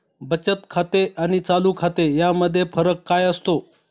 बचत खाते आणि चालू खाते यामध्ये फरक काय असतो?